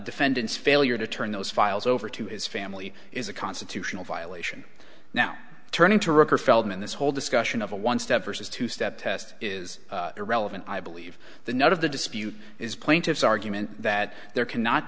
defendants failure to turn those files over to his family is a constitutional violation now turning to rick or feldman this whole discussion of a one step versus two step test is irrelevant i believe the night of the dispute is plaintiff's argument that there cannot